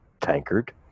tankard